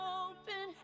open